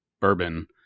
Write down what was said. bourbon